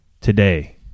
today